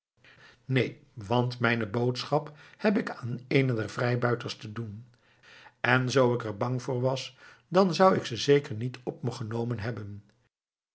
neen want mijne boodschap heb ik aan eenen der vrijbuiters te doen en zoo ik er bang voor was dan zou ik ze zeker niet op me genomen hebben